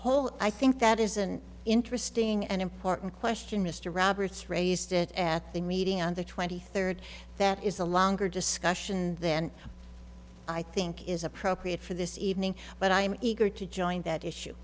whole i think that is an interesting and important question mr roberts raised it at the meeting on the twenty third that is a longer discussion then i think is appropriate for this evening but i am eager to join that